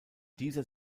dieser